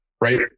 right